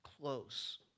close